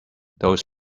those